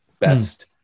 best